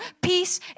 peace